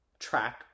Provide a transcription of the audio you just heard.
track